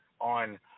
on